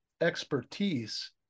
expertise